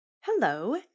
Hello